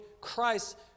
Christ